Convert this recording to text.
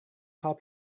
call